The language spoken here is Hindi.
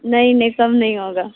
नहीं नहीं कम नहीं होगा